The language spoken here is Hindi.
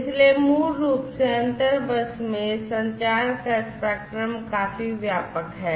इसलिए मूल रूप से अंतर बस में संचार का स्पेक्ट्रम काफी व्यापक है